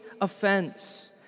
offense